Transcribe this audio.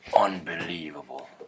Unbelievable